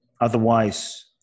Otherwise